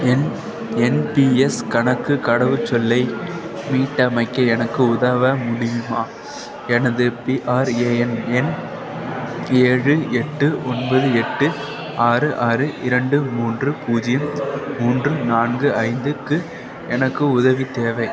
என் N P S கணக்கு கடவுச்சொல்லை மீட்டமைக்க எனக்கு உதவ முடியுமா எனது பிஆர்ஏஎன் எண் ஏழு எட்டு ஒன்பது எட்டு ஆறு ஆறு இரண்டு மூன்று பூஜ்ஜியம் மூன்று நான்கு ஐந்து க்கு எனக்கு உதவி தேவை